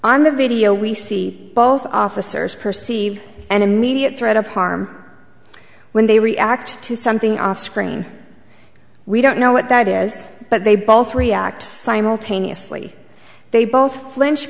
on the video we see both officers perceive an immediate threat of harm when they react to something off screen we don't know what that is but they both react simultaneously they